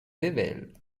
ayvelles